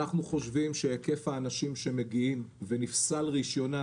אנחנו חושבים שהיקף האנשים שמגיעים ונפסל רישיונם